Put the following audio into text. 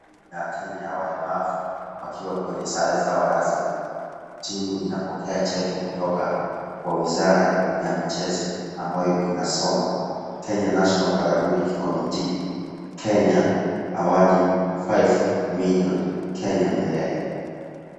Timu ya Kenya ya walemavu wakiwa kwenye sare zao rasmi timu inapokea cheki kutoka kwa wizara ya michezo ambayo inasoma Kenya National Paralympic Committee Kenya awarding five million Kenya milele.